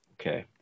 Okay